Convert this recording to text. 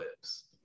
lives